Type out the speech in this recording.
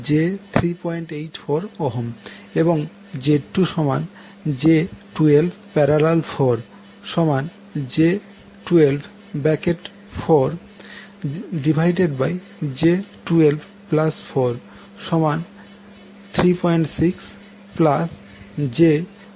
8 j68 j68288 j384 এবং Z2j12